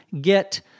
get